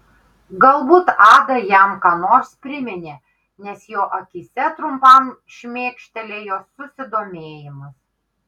galbūt ada jam ką nors priminė nes jo akyse trumpam šmėkštelėjo susidomėjimas